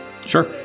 Sure